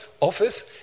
office